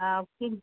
half कील